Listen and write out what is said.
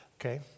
Okay